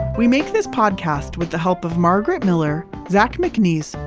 we make this podcast with the help of margaret miller zach mcnees,